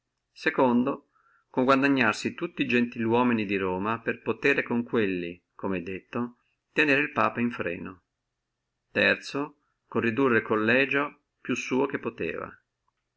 secondo di guadagnarsi tutti e gentili uomini di roma come è detto per potere con quelli tenere el papa in freno terzio ridurre el collegio più suo che poteva